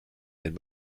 den